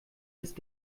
ist